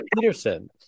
Peterson